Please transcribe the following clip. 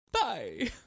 bye